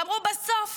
ואמרו: בסוף